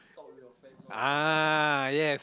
ah yes